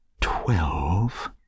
Twelve